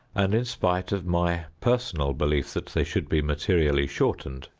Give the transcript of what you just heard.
and in spite of my personal belief that they should be materially shortened,